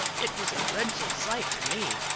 it was a dreadful sight to me,